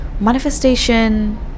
manifestation